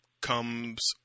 comes